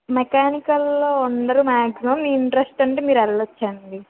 మెకానికల్లో అందరూ maximum interest అంటే మీరు వెళ్లొచ్చండి